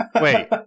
Wait